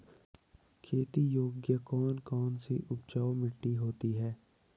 खेती योग्य कौन कौन सी उपजाऊ मिट्टी होती है?